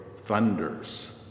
thunders